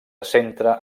centra